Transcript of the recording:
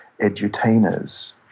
edutainers